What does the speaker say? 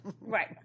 Right